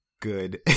good